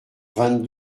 vingt